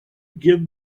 give